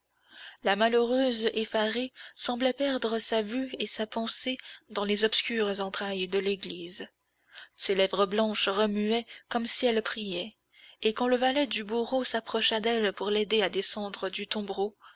la malheureuse effarée semblait perdre sa vue et sa pensée dans les obscures entrailles de l'église ses lèvres blanches remuaient comme si elles priaient et quand le valet du bourreau s'approcha d'elle pour l'aider à descendre du tombereau